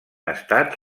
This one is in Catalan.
estat